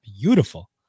Beautiful